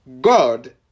God